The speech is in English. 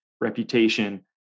reputation